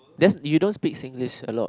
that's you don't speak Singlish a lot